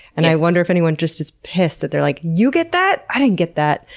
and i wonder if anyone just is pissed that they're like, you get that! i didn't get that!